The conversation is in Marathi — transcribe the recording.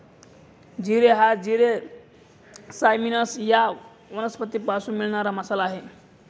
जिरे हा जिरे सायमिनम या वनस्पतीपासून मिळणारा मसाला आहे